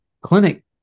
clinic